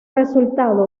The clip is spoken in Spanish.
resultado